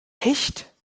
echt